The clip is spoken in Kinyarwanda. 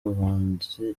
ubuhunzi